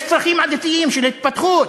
יש צרכים עתידיים של התפתחות: